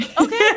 Okay